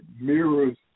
mirrors